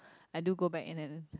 I do go back and